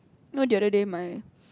no the other day my